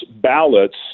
ballots